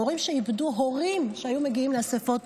מורים שאיבדו הורים שהיו מגיעים לאספות הורים.